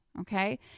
Okay